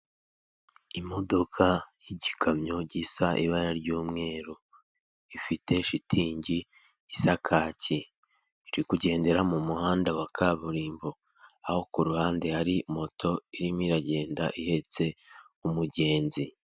Imodoka y'igikamyo gisa ibara ry'umweru, ifite shitingi isa kaki, iri kugendera mu muhanda wa kaburimbo, aho ku ruhande hari moto irimo iragenda ihetse umugenzi.